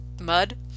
mud